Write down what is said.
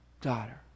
daughter